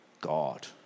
God